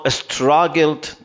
struggled